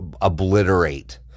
obliterate